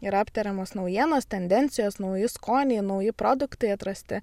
yra aptariamos naujienos tendencijos nauji skoniai nauji produktai atrasti